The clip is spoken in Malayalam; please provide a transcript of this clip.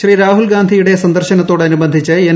ശ്രീ രാഹുൽ ഗാന്ധിയുടെ സന്ദർശനത്തോട് അനുബന്ധിച്ച് എൻ